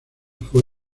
fue